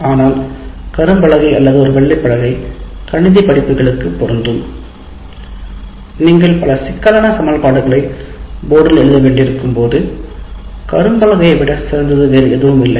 ஆனால் கரும்பலகை அல்லது ஒரு வெள்ளை பலகை கணித படிப்புகளுக்கு பொருந்தும் நீங்கள் பல சிக்கலான சமன்பாடுகளை போர்டில் எழுத வேண்டியிருக்கும் போது கரும்பலகையை விட சிறந்தது வேறு எதுவும் இல்லை